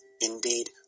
Indeed